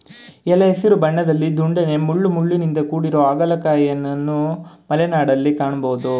ಎಲೆ ಹಸಿರು ಬಣ್ಣದಲ್ಲಿ ದುಂಡಗೆ ಮುಳ್ಳುಮುಳ್ಳಿನಿಂದ ಕೂಡಿರೊ ಹಾಗಲಕಾಯಿಯನ್ವನು ಮಲೆನಾಡಲ್ಲಿ ಕಾಣ್ಬೋದು